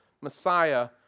Messiah